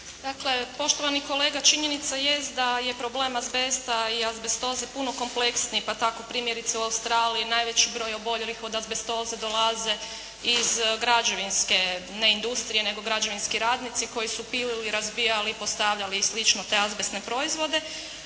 Dakle, poštovani kolega, činjenica jest da je problem azbesta i azbestoze puno kompleksniji, pa tako primjerice u Australiji najveći broj oboljelih od azbestoze dolaze iz građevinske ne industrije, nego građevinski radnici koji su pilili, razbijali, postavljali i slično te azbestne proizvode.